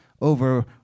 over